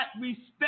respect